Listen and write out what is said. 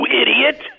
idiot